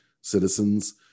citizens